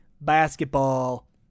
basketball